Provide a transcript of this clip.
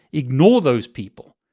ignore those people.